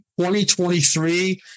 2023